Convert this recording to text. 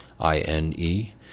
i-n-e